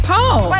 Paul